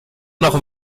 noch